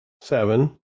Seven